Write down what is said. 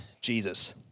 Jesus